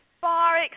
far